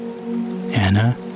Anna